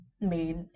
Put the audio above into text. made